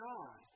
God